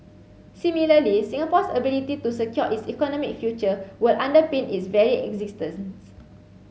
similarly Singapore's ability to secure its economic future will underpin its very existence